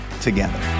together